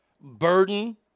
burden